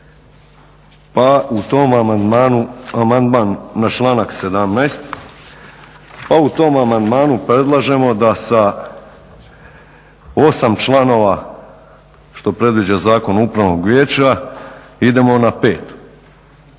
a u tom amandmanu predlažemo da sa 8 članova što predviđa Zakon upravnog vijeća idemo na 5.